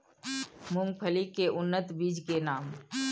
मूंगफली के उन्नत बीज के नाम?